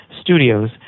studios